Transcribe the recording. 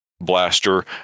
blaster